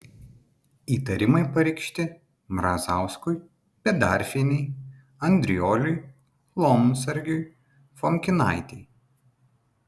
įtarimai pareikšti mrazauskui bedarfienei andrioliui lomsargiui fomkinaitei